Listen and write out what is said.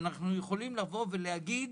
אנחנו נוכל לבוא ולהגיד